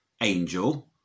angel